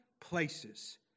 places